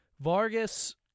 Vargas